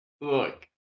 Look